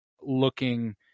looking